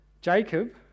Jacob